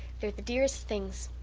they're the dearest things.